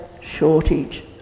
shortage